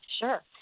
Sure